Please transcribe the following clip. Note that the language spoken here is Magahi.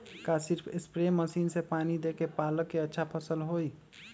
का सिर्फ सप्रे मशीन से पानी देके पालक के अच्छा फसल होई?